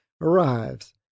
arrives